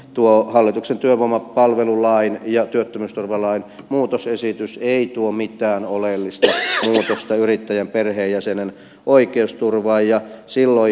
tuo hallituksen työvoimapalvelulain ja työttömyysturvalain muutosesitys ei tuo mitään oleellista muutosta yrittäjän perheenjäsenen oikeusturvaan